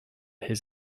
his